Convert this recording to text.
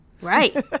Right